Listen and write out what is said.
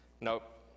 Nope